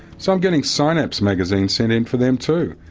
so i'm getting synapse magazine sent in for them too.